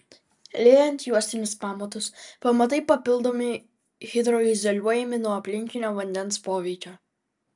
liejant juostinius pamatus pamatai papildomai hidroizoliuojami nuo aplinkinio vandens poveikio